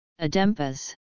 Adempas